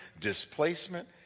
displacement